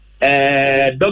doctor